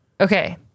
Okay